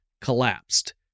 collapsed